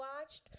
watched